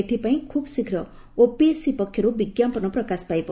ଏଥିପାଇଁ ଖୁବ୍ ଶୀଘ୍ର ଓପିଏସ୍ସି ପକ୍ଷରୁ ବିଙ୍କାପନ ପ୍ରକାଶ ପାଇବ